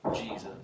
Jesus